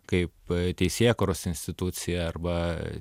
kaip teisėkūros institucija arba